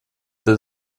для